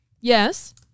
Yes